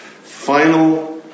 final